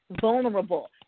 vulnerable